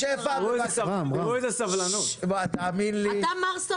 בואו נייבא את כל החקלאות התורכית לישראל ואולי יהיה קצת יותר זול.